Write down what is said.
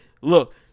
Look